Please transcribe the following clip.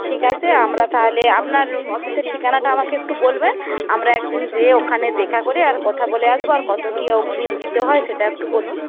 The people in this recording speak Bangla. ঠিক আছে আমরা তাহলে আপনার অফিসের ঠিকানাটা আমাকে একটু বলবেন আমরা একদিন গিয়ে ওখানে দেখা করে আর কথা বলে আসবো আর কত কি অগ্রিম দিতে হয় সেটা একটু বলুন